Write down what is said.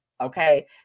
okay